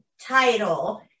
title